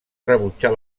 rebutjar